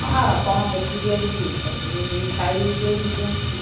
ହଁ କ'ଣ ଏକୁଟିଆ ଯିବୁ କି ସବୁ ସାହିରୁ ଯୋଉ